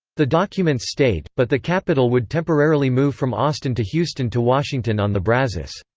the documents stayed, but the capital would temporarily move from austin to houston to washington-on-the-brazos.